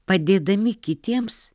padėdami kitiems